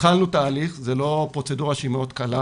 התחלנו תהליך, זו פרוצדורה לא קלה,